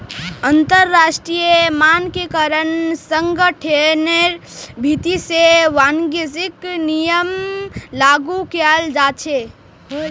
अंतरराष्ट्रीय मानकीकरण संगठनेर भीति से वाणिज्यिक नियमक लागू कियाल जा छे